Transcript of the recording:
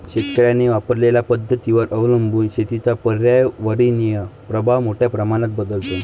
शेतकऱ्यांनी वापरलेल्या पद्धतींवर अवलंबून शेतीचा पर्यावरणीय प्रभाव मोठ्या प्रमाणात बदलतो